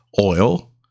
oil